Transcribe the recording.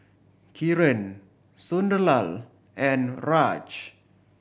Kiran Sunderlal and Raj